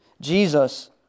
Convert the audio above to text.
Jesus